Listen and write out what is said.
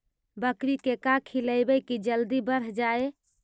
बकरी के का खिलैबै कि जल्दी बढ़ जाए?